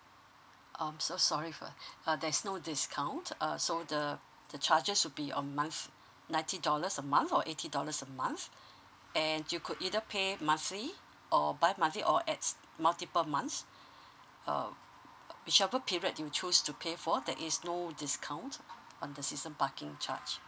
um so sorry for uh there's no discount uh so the the charges will be on month ninety dollars a month or eighty dollars a month and you could either pay monthly or by monthly or at multiple months uh whichever period you choose to pay for that is no discount on the season parking charge